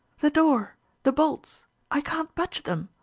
the door the bolts i can't budge them.